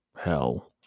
hell